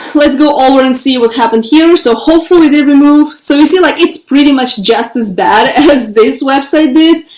let's go over and see what happens. so hopefully they removed so you see, like, it's pretty much just as bad as this website did,